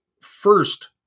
first